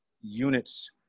units